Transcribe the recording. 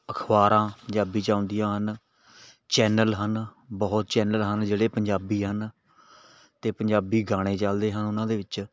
ਅਖ਼ਬਾਰਾਂ ਪੰਜਾਬੀ 'ਚ ਆਉਂਦੀਆਂ ਹਨ ਚੈਨਲ ਹਨ ਬਹੁਤ ਚੈਨਲ ਹਨ ਜਿਹੜੇ ਪੰਜਾਬੀ ਹਨ ਅਤੇ ਪੰਜਾਬੀ ਗਾਣੇ ਚਲਦੇ ਹਨ ਉਹਨਾਂ ਦੇ ਵਿੱਚ